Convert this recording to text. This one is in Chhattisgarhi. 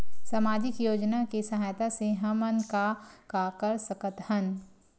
सामजिक योजना के सहायता से हमन का का कर सकत हन?